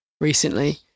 recently